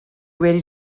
wedi